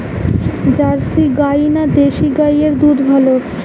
Jersey গাই না দেশী গাইয়ের দুধ ভালো?